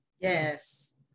Yes